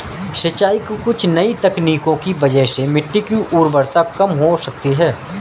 सिंचाई की कुछ नई तकनीकों की वजह से मिट्टी की उर्वरता कम हो सकती है